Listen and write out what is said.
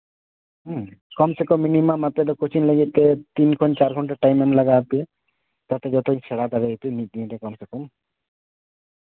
ᱦᱩᱸ ᱠᱚᱢ ᱥᱮ ᱠᱚᱢ ᱟᱯᱮ ᱫᱚ ᱠᱳᱪᱤᱝ ᱞᱟᱹᱜᱤᱫ ᱛᱮ ᱛᱤᱱ ᱠᱷᱚᱱ ᱪᱟᱨ ᱜᱷᱚᱱᱴᱟ ᱴᱟᱭᱤᱢ ᱮᱢ ᱞᱟᱜᱟᱣ ᱯᱮᱭᱟ ᱟᱯ ᱡᱚᱛᱚᱧ ᱥᱮᱬᱟ ᱫᱟᱲᱮᱣᱟᱯᱮ ᱢᱤᱫ ᱫᱤᱱ ᱛᱮ ᱠᱚᱢ ᱥᱮ ᱠᱚᱢ